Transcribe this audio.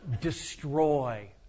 destroy